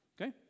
Okay